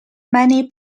many